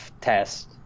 test